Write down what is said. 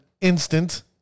instant